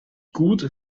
gut